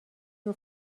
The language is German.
nur